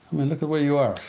look at where you are.